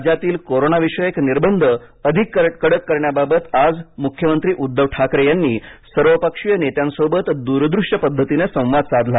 राज्यातील कोरोनाविषयक निर्बंध अधिक कडक करण्याबाबत आज मुख्यमंत्री उद्धव ठाकरे यांनी सर्वपक्षीय नेत्यांसोबत दूरदृश्य पद्धतीने संवाद साधला